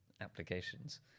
applications